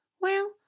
Well